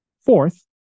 Fourth